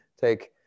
take